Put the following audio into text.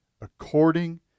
According